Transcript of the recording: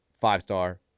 five-star